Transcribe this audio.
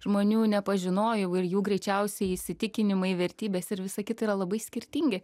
žmonių nepažinojau ir jų greičiausiai įsitikinimai vertybės ir visa kita yra labai skirtingi